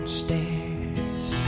stairs